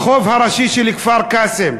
ברחוב הראשי של כפר-קאסם,